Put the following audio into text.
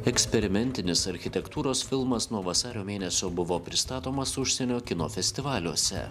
eksperimentinis architektūros filmas nuo vasario mėnesio buvo pristatomas užsienio kino festivaliuose